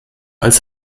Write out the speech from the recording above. als